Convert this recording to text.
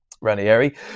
Ranieri